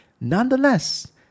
nonetheless